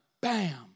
bam